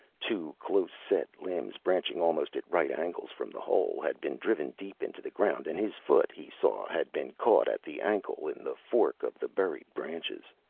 two close-set limbs, branching almost at right angles from the hole, had been driven deep into the ground and his foot, he saw, had been caught at the ankle in the fork of the buried branches.